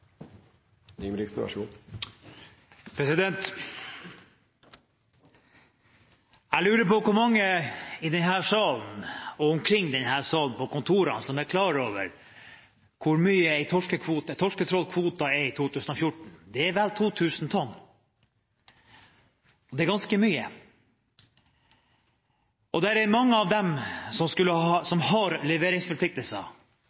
nokså tydelig på. Så sier vi at dette får fiskeriministeren håndtere på en fornuftig måte for oss, og det er jeg sikker på at fiskeriministeren gjør. Replikkordskiftet er omme. Jeg lurer på hvor mange i denne salen og omkring på kontorene som er klar over hvor mye en torsketrålkvote er i 2014. Det er vel 2 000 tonn. Det er ganske mye. Det er mange